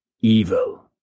evil